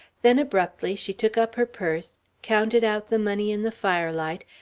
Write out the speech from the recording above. then abruptly she took up her purse, counted out the money in the firelight,